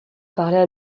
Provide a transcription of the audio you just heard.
parlaient